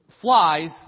Flies